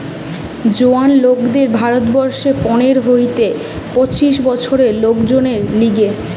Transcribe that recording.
জোয়ান লোকদের ভারত বর্ষে পনের হইতে পঁচিশ বছরের লোকদের লিগে